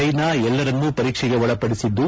China ಎಲ್ಲರನ್ನೂ ಪರೀಕ್ಷೆಗೆ ಒಳಪಡಿಸಿದ್ದು